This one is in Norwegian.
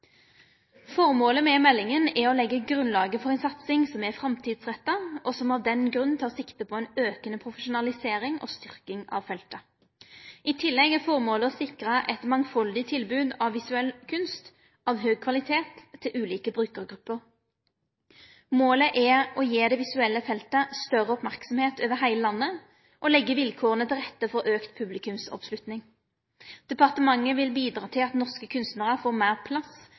med meldinga er å leggje grunnlaget for ei satsing som er framtidsretta, og som av den grunn tek sikte på ei aukande profesjonalisering og styrking av feltet. I tillegg er føremålet å sikre eit mangfaldig tilbod av visuell kunst av høg kvalitet til ulike brukargrupper. Målet er å gi det visuelle feltet større merksemd over heile landet og leggje vilkåra til rette for auka publikumsoppslutning. Departementet vil bidra til at norske kunstnarar får meir plass